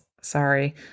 sorry